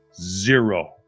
zero